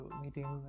meeting